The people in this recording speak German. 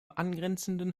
angrenzenden